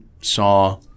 saw